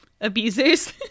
abusers